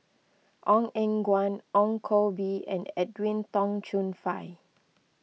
Ong Eng Guan Ong Koh Bee and Edwin Tong Chun Fai